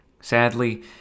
Sadly